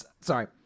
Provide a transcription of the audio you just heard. Sorry